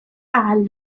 ahal